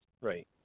Right